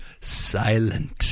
silent